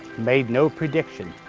made no prediction,